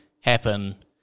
happen